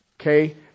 Okay